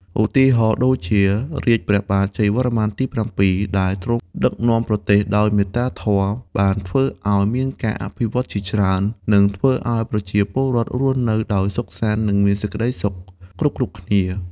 ឧទាហរណ៍ដូចជា រាជ្យព្រះបាទជ័យវរ្ម័នទី៧ ដែលទ្រង់ដឹកនាំប្រទេសដោយមេត្តាធម៌ បានធ្វើឲ្យមានការអភិវឌ្ឍន៍ជាច្រើន និងធ្វើឱ្យប្រជាពលរដ្ឋរស់នៅដោយសុខសាន្ត និងមានសេចក្តីសុខគ្រប់ៗគ្នា។